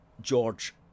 George